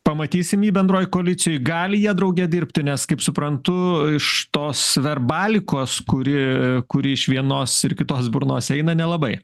pamatysim jį bendroj koalicijoj gali jie drauge dirbti nes kaip suprantu iš tos verbalikos kuri kuri iš vienos ir kitos burnos eina nelabai